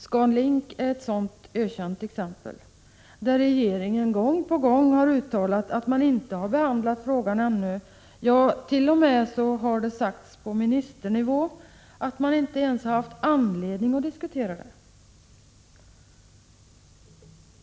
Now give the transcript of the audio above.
ScanLink är ett sådan ökänt exempel; gång på gång uttalar regeringen att man ännu inte behandlat frågan, ja, från ministerhåll har dett.o.m. sagts att man inte ens haft anledning att diskutera saken.